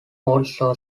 also